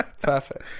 Perfect